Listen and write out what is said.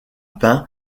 pain